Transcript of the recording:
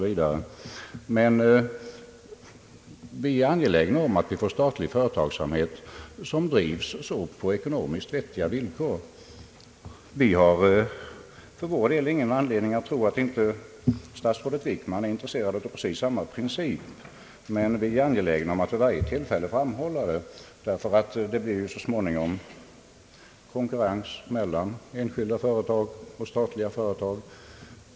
Vad vi är angelägna om är att den statliga företagsamheten skall drivas på ekonomiskt vettiga villkor, och vi har ingen anledning tro att statsrådet Wickman inte är intresserad av precis samma princip. Vi anser det emellertid angeläget att vid varje tillfälle framhålla det, ty det blir ju så småningom konkurrens mellan enskilda och statliga företag.